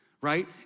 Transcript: right